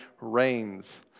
reigns